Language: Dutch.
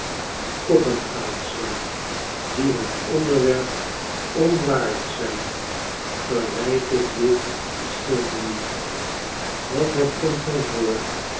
koppen gadesla die het onderwerp onwaardig zijn verwijt ik dit den schilder niet want het komt mij voor